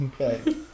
Okay